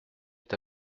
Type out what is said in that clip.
est